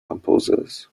composers